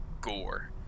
Gore